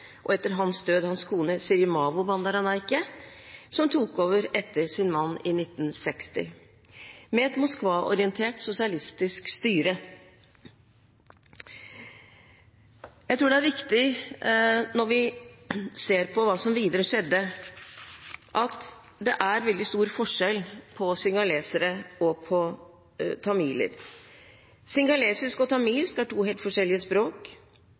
og, etter hans død, hans kone Sirimavo Bandaranaike, som tok over etter sin mann i 1960 – med et Moskva-orientert sosialistisk styre. Jeg tror det er viktig, når vi ser på hva som videre skjedde, at det er veldig stor forskjell på singalesere og tamiler. Singalesisk og tamilsk er to helt forskjellige språk.